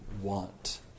want